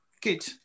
good